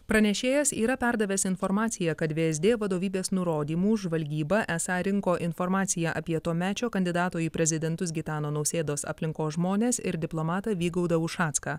pranešėjas yra perdavęs informaciją kad vsd vadovybės nurodymu žvalgyba esą rinko informaciją apie tuomečio kandidato į prezidentus gitano nausėdos aplinkos žmones ir diplomatą vygaudą ušacką